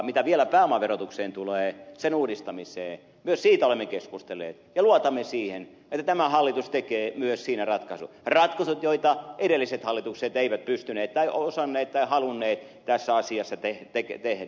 mitä vielä pääomaverotukseen tulee sen uudistamiseen myös siitä olemme keskustelleet ja luotamme siihen että tämä hallitus tekee myös siinä ratkaisut ratkaisut joita edelliset hallitukset eivät pystyneet tai osanneet tai halunneet tässä asiassa tehdä